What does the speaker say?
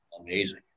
amazing